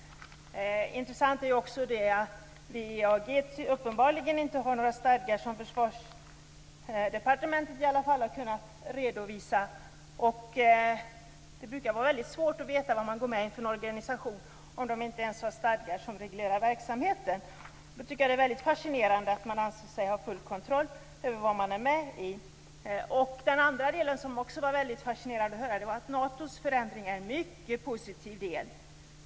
Det är också intressant WEAG uppenbarligen inte har några stadgar, i alla fall inga som Försvarsdepartementet har kunnat redovisa. Det är svårt att veta vad för slags organisation vi går med i om den inte ens har stadgar som reglerar verksamheten. Därför är det fascinerande att man anser sig ha full kontroll över vad man är med i. Vi fick också höra att Natos förändringar är mycket positiva.